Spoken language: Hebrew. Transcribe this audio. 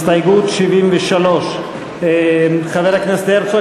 הסתייגות 73. חבר הכנסת הרצוג,